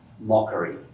mockery